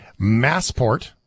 Massport